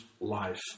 life